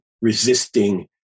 resisting